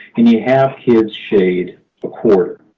and you have kids shade one-quarter.